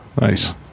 Nice